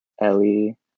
ellie